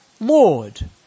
Lord